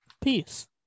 peace